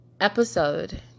episode